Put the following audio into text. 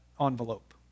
envelope